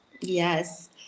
Yes